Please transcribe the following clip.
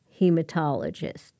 hematologist